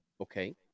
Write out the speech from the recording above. Okay